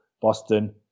Boston